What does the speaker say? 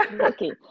okay